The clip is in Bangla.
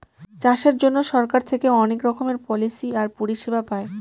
চাষের জন্য সরকার থেকে অনেক রকমের পলিসি আর পরিষেবা পায়